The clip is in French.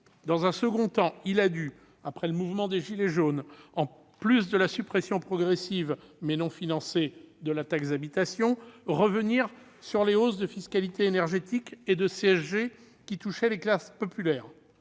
Dans un second temps, il a dû, après le mouvement des « gilets jaunes », en plus de la suppression progressive, mais non financée, de la taxe d'habitation, revenir sur les hausses de fiscalité énergétique et de CSG qui touchaient les classes populaires.